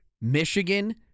Michigan